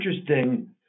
interesting